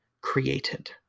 created